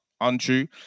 untrue